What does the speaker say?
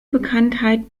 bekanntheit